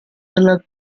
della